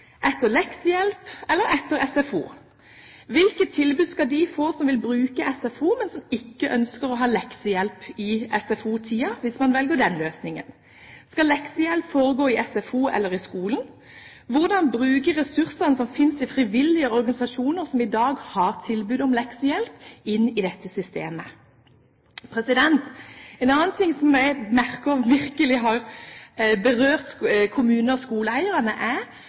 etter leksehjelp eller etter SFO. Hvilket tilbud skal de få som vil bruke SFO, men som ikke ønsker å ha leksehjelp i SFO-tiden, hvis man velger den løsningen? Skal leksehjelp foregå i SFO eller i skolen? Hvordan bruke ressursene som finnes i frivillige organisasjoner som i dag har tilbud om leksehjelp, inn i dette systemet? En annen ting som jeg merker virkelig har berørt kommuner og skoleeiere, er